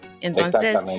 Entonces